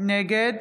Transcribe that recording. נגד